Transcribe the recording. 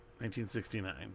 1969